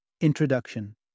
Introduction